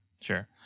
Sure